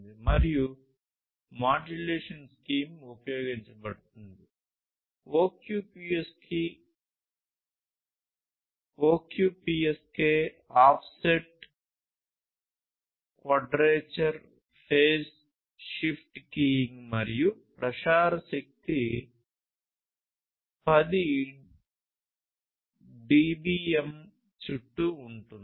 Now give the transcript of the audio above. మరియు modulation scheme ఉపయోగించబడుతుంది OQPSK offset quadrature phase shift keying మరియు ప్రసార శక్తి 10 dBm చుట్టూ ఉంటుంది